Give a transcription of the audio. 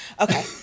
okay